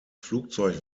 flugzeug